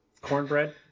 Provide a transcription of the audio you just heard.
cornbread